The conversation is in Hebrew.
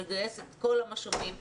לגייס את כל המשאבים,